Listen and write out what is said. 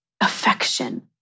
affection